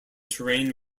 terrain